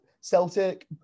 Celtic